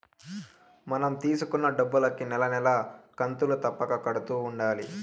మనం తీసుకున్న డబ్బులుకి నెల నెలా కంతులు తప్పక కడుతూ ఉండాలి